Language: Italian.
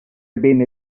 bene